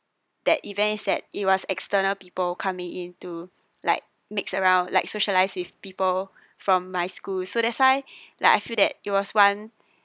that events that it was external people coming into like mix around like socialize with people from my school so that's why like I feel that it was one